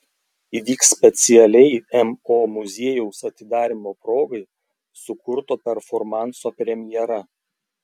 įvyks specialiai mo muziejaus atidarymo progai sukurto performanso premjera